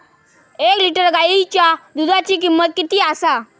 एक लिटर गायीच्या दुधाची किमंत किती आसा?